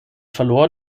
verlor